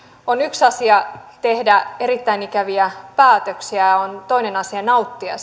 on yksi asia tehdä erittäin ikäviä päätöksiä on toinen asia nauttia